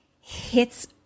hits